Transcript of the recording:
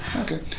Okay